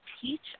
teach